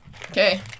Okay